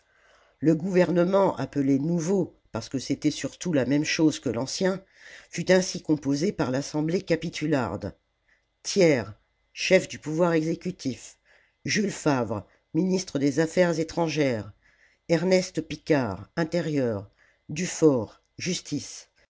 le gouvernement appelé nouveau parce que c'était surtout la même chose que l'ancien fut ainsi composé par l'assemblée capitularde thiers chef du pouvoir exécutif jules favre ministre des affaires étrangères ernest picard intérieur dufaure justice